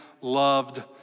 loved